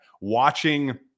watching